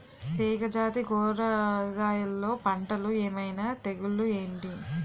తీగ జాతి కూరగయల్లో పంటలు ఏమైన తెగులు ఏంటి?